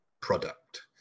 product